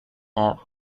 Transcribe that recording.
have